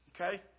Okay